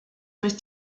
durch